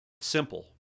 Simple